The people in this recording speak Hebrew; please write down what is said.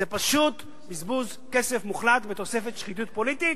זה פשוט בזבוז כסף מוחלט בתוספת שחיתות פוליטית,